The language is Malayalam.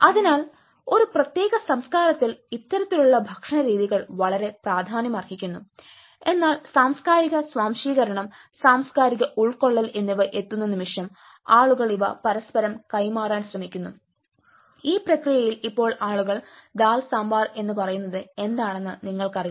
അതിനാൽ ഒരു പ്രത്യേക സംസ്കാരത്തിൽ ഇത്തരത്തിലുള്ള ഭക്ഷണശീലങ്ങൾ വളരെ പ്രാധാന്യമർഹിക്കുന്നു എന്നാൽ സാംസ്കാരിക സ്വാംശീകരണം സാംസ്കാരിക ഉൾകൊള്ളൽ എന്നിവ എത്തുന്ന നിമിഷം ആളുകൾ ഇവ പരസ്പരം കൈമാറാൻ ശ്രമിക്കുന്നു ഈ പ്രക്രിയയിൽ ഇപ്പൊൾ ആളുകൾ ദാൽ സാമ്പാർ എന്ന് പറയുന്നത് എന്താണെന്ന് നിങ്ങൾക്കറിയാം